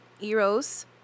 Eros